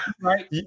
Right